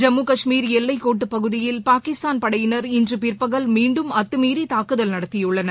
ஜம்மு கஷ்மீர் எல்லைக் கோட்டுப் பகுதியில் பாகிஸ்தான் படையினர் இன்று பிற்பகல் மீண்டும் அத்தமீறி தாக்குதல் நடத்தியுள்ளனர்